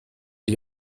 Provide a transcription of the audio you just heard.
die